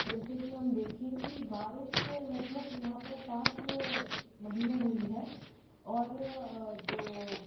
जैसे कि हम देखें कि बारिश लगभग यहाँ पर पाँच महीने हुई है और जो